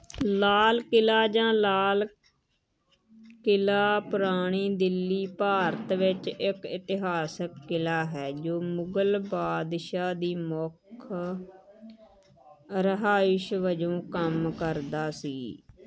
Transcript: ਲਾਲ ਕਿਲ੍ਹਾ ਜਾਂ ਲਾਲ ਕਿਲ੍ਹਾ ਪੁਰਾਣੀ ਦਿੱਲੀ ਭਾਰਤ ਵਿੱਚ ਇੱਕ ਇਤਿਹਾਸਕ ਕਿਲ੍ਹਾ ਹੈ ਜੋ ਮੁਗ਼ਲ ਬਾਦਸ਼ਾਹ ਦੀ ਮੁੱਖ ਰਿਹਾਇਸ਼ ਵਜੋਂ ਕੰਮ ਕਰਦਾ ਸੀ